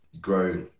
grow